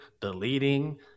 deleting